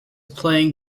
playing